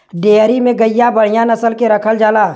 dairy में गइया बढ़िया नसल के रखल जाला